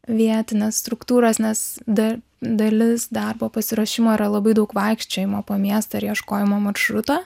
vietines struktūras nes dar dalis darbo pasiruošimo yra labai daug vaikščiojimo po miestą ar ieškojimo maršruto